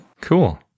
Cool